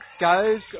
goes